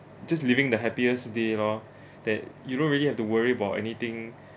just living the happiest day loh that you don't really have to worry about anything